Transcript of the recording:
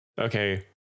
Okay